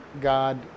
God